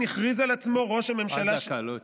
עד דקה, לא יותר.